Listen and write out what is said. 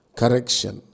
correction